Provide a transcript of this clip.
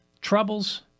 troubles